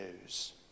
news